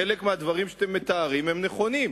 חלק גדול מהדברים שאתם מתארים הם נכונים,